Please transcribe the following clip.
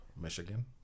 Michigan